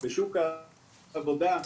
בשוק העבודה.